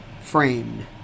framed